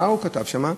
מה הוא כתב שם?